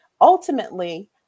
Ultimately